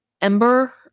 ember